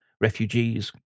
refugees